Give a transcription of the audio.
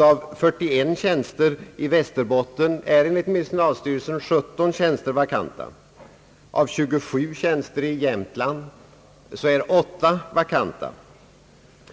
Av 41 tjänster i Västerbottens län är enligt medicinalstyrelsens uppgifter 17 tjänster vakanta, av 27 tjänster i Jämtland är 8 vakanta